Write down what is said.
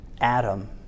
Adam